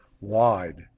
Wide